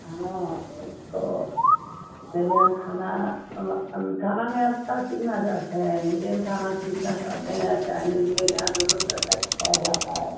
हाँ उसको मेरे यहाँ खाना खाना में आप क्या सीखना चाहते हैं इंडियन खाना सीखना चाहते हैं या चाइनीज मेरे यहाँ दोनों तरह का सिखाया जाता है